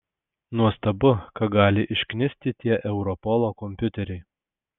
nuostabu ką gali išknisti tie europolo kompiuteriai